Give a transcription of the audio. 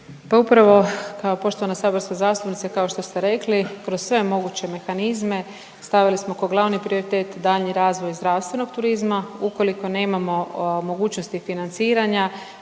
upravo poštovana saborska zastupnice, kao što ste rekli kroz sve moguće mehanizme. Stavili smo kao glavni prioritet daljnji razvoj zdravstvenog turizma. Ukoliko nemamo mogućnosti financiranja,